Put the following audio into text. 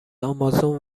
آمازون